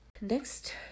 Next